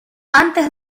antes